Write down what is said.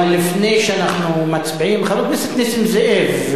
אבל לפני שאנחנו מצביעים, חבר הכנסת נסים זאב,